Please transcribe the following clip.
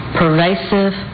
pervasive